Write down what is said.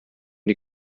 die